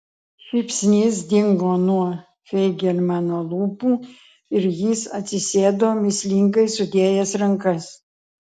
šypsnys dingo nuo feigelmano lūpų ir jis atsisėdo mįslingai sudėjęs rankas